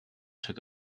took